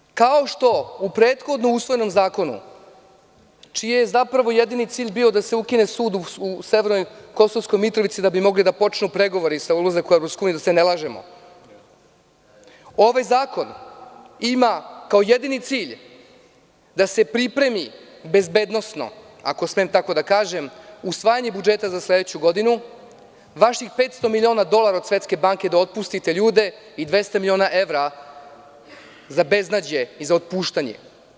Samim tim kao što u prethodno usvojenom zakonu, čiji je zapravo jedini cilj bio da se ukine sud u severnoj Kosovskoj Mitrovici, da bi mogli da počnu pregovori za ulazak u EU, da se ne lažemo, ovaj zakon ima kao jedini cilj da se pripremi bezbednosno, ako smem tako da kažem, usvajanje budžeta za sledeću godinu, vaših 500 miliona dolara od Svetske banke, da otpustite ljude i 200 miliona evra za beznađe i otpuštanje.